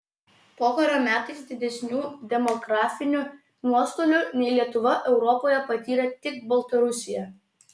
pokario metais didesnių demografinių nuostolių nei lietuva europoje patyrė tik baltarusija